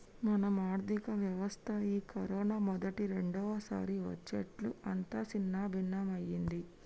మన ఆర్థిక వ్యవస్థ ఈ కరోనా మొదటి రెండవసారి వచ్చేట్లు అంతా సిన్నభిన్నమైంది